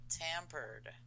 tampered